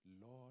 Lord